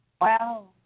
wow